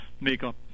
makeup